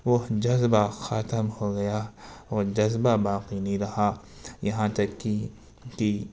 وہ جذبہ ختم ہو گیا وہ جذبہ باقی نہیں رہا یہاں تک کہ کہ